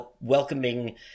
welcoming